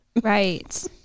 Right